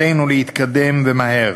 עלינו להתקדם, ומהר.